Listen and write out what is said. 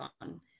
on